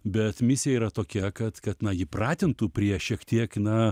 bet misija yra tokia kad kad na jį pratintų prie šiek tiek na